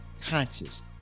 Conscious